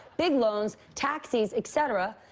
big loans, taxis, et cetera,